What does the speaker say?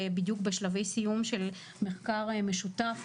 בדיוק בשלבי סיום של מחקר משותף,